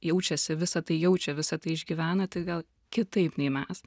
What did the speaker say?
jaučiasi visa tai jaučia visa tai išgyvena tik gal kitaip nei mes